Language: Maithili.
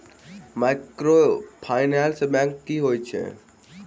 माइक्रोफाइनेंस बैंक की होइत अछि?